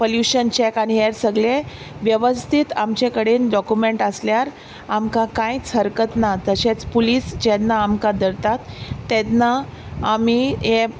pollution check आनी हेर सगलें वेवस्थीत आमचे कडेन डॉक्युमॅण्ट आसल्यार आमकां कांयच हरकत ना तशेंच पुलीस जेन्ना आमकां धरतात तेन्ना आमी हे